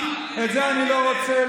אתה לא תפריע לי.